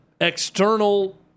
external